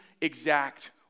exact